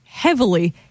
Heavily